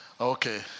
Okay